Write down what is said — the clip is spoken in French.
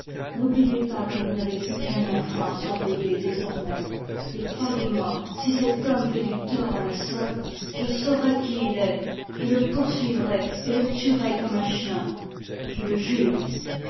n'oubliez pas que vous n'avez plus qu'un enfant à surveiller désormais et croyez-moi si cet homme fait du tort à ma sœur je saurai qui il est je le poursuivrai et le tuerai comme un chien je le jure